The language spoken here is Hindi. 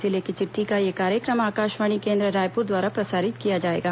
जिले की चिट्ठी का यह कार्यक्रम आकाशवाणी केंद्र रायपुर द्वारा प्रसारित किया जाएगा